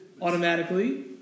automatically